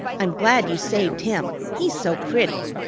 i'm glad you saved him, he's so pretty.